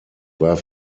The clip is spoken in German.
war